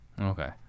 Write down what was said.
Okay